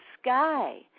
sky